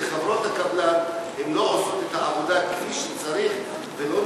כי חברות הקבלן לא עושות את העבודה כפי שצריך ולא